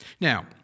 Now